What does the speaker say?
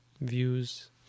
views